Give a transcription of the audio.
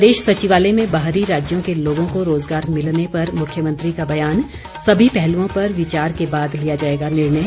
प्रदेश सचिवालय में बाहरी राज्यों के लोगों को रोजगार मिलने पर मुख्यमंत्री का बयान सभी पहलुओं पर विचार के बाद लिया जाएगा निर्णय